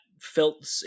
felt